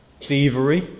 thievery